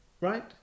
Right